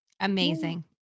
Amazing